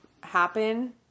happen